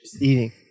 eating